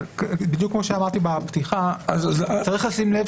אבל בדיוק כמו שאמרתי בפתיחה, צריך לשים לב